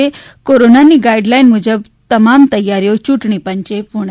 કોરોનાની ગાઈડલાઈન મુજબ તમામ તૈયારીઓ ચૂંટણીપંચે પૂર્ણ કરી છે